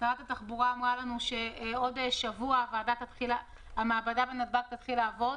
שרת התחבורה אמרה לנו שבעוד שבוע המעבדה בנתב"ג תתחיל לעבוד.